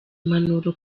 impanuro